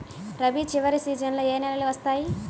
రబీ చివరి సీజన్లో ఏ నెలలు వస్తాయి?